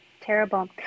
Terrible